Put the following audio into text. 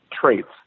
traits